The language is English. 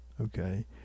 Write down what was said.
okay